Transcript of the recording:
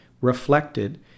reflected